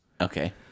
Okay